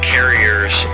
Carriers